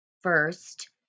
first